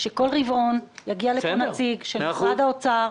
שכל רבעון יגיע לפה נציג של משרד האוצר.